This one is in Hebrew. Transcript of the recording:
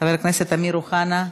חבר הכנסת אמיר אוחנה,